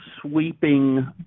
sweeping